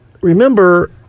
remember